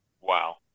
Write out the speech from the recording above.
Wow